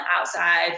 outside